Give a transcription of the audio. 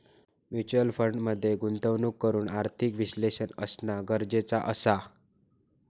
mutual fund मध्ये गुंतवणूक करूक आर्थिक विश्लेषक असना गरजेचा असा